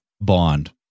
bond